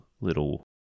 little